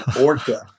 orca